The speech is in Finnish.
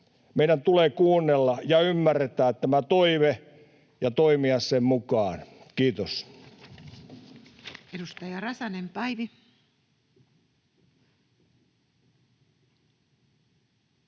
Meidän tulee kuunnella ja ymmärtää tämä toive ja toimia sen mukaan. — Kiitos.